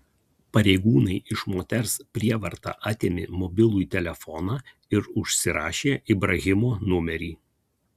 pareigūnai iš moters prievarta atėmė mobilųjį telefoną ir užsirašė ibrahimo numerį